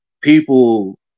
people